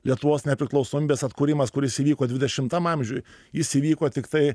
lietuvos nepriklausomybės atkūrimas kuris įvyko dvidešimtam amžiui jis įvyko tiktai